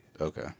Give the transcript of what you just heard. Okay